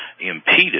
impeded